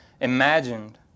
imagined